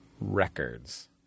Records